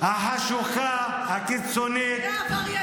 -- החשוכה, הקיצונית -- והעבריינית.